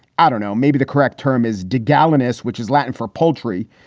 i don't know. maybe the correct term is dourness, which is latin for poultry,